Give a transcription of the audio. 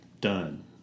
done